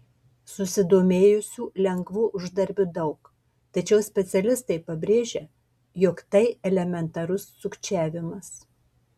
susidomėjusių lengvu uždarbiu daug tačiau specialistai pabrėžia jog tai elementarus sukčiavimas